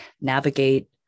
navigate